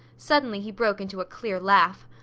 suddenly he broke into a clear laugh.